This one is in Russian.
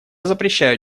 запрещаю